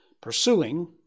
pursuing